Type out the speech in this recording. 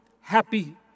happy